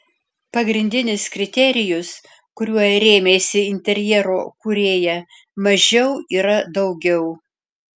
pagrindinis kriterijus kuriuo rėmėsi interjero kūrėja mažiau yra daugiau